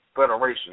federation